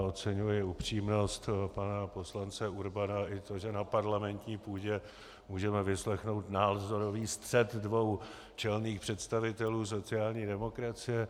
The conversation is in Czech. Oceňuji upřímnost pana poslance Urbana i to, že na parlamentní půdě můžeme vyslechnout názorový střet dvou čelných představitelů sociální demokracie.